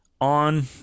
on